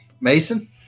Mason